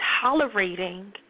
tolerating